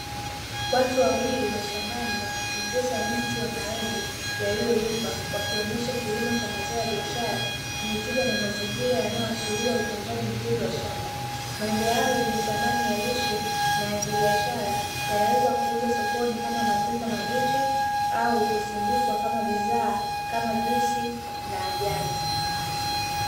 Watu wawili wa shambani wakichunguza mti wa Maembe yaliyoiva, wakionyesha kilimo cha mazao ya biashara chenye tija. Na mzaingira yanayo onyesha utunzaji mzuri wa shamba maembe hayo yenye thamani ya lishe na ya kibiashara yanaweza kuuzwa sokoni kama matunda mabichi au kusindikwa kama bidhaa kama juisi na jamu.